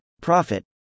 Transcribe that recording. Profit